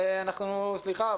סליחה,